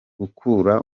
gukura